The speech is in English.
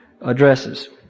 addresses